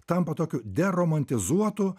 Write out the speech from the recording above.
tampa tokiu de romantizuotų